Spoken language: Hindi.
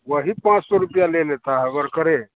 वही पाँच सौ रुपया ले लेता है वर्करे